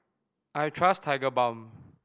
I trust Tigerbalm